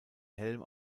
helm